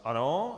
Ano.